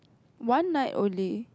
one night only